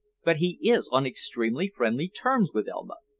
but he is on extremely friendly terms with elma.